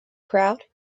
crowd